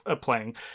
playing